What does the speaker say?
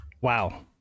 wow